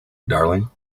darling